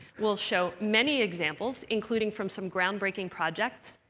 we'll show many examples, including from some groundbreaking projects,